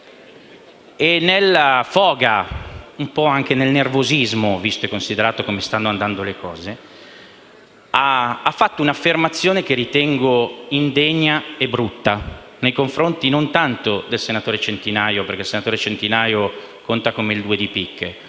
e, nella foga (un po’ anche nel nervosismo, visto e considerato come stanno andando le cose), ha fatto un’affermazione che ritengo indegna e brutta, non tanto nei confronti del senatore Centinaio, che conta come il due di picche,